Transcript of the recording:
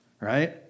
right